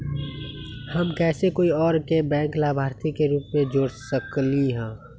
हम कैसे कोई और के बैंक लाभार्थी के रूप में जोर सकली ह?